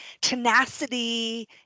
tenacity